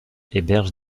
héberge